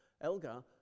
Elgar